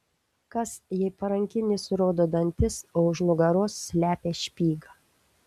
kas jei parankinis rodo dantis o už nugaros slepia špygą